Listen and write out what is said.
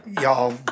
y'all